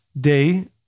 day